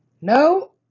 No